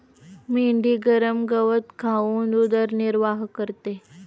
मेंढी नरम गवत खाऊन उदरनिर्वाह करते